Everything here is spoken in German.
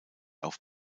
auf